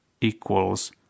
equals